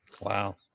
Wow